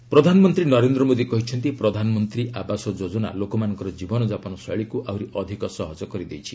PM PMAY ପ୍ରଧାନମନ୍ତ୍ରୀ ନରେନ୍ଦ୍ର ମୋଦି କହିଛନ୍ତି ପ୍ରଧାନମନ୍ତ୍ରୀ ଆବାସ ଯୋଜନା ଲୋକମାନଙ୍କର ଜୀବନ ଯାପନ ଶୈଳୀକୁ ଆହୁରି ଅଧିକ ସହଜ କରିଦେଇଛି